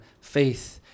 faith